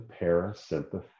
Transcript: parasympathetic